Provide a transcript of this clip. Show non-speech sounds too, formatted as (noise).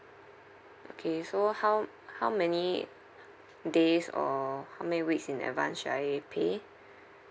okay so how how many days or how many weeks in advance should I pay (breath)